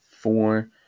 four